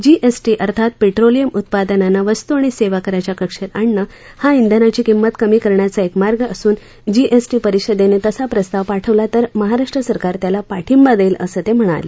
GST अर्थात petroleum उत्पादनांना वस्तू आणि सेवा कराच्या कक्षेत आणणं हा इंधनाची किंमत कमी करण्याचा एक मार्ग असून जीएसटी परिषदेनं तसा प्रस्ताव पाठवला तर महाराष्ट्र सरकार त्याला पाठिंबा देईल असं ते म्हणाले